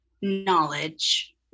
knowledge